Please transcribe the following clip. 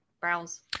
browse